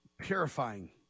purifying